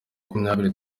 makumyabiri